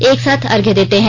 एक साथ अर्घ्य देते हैं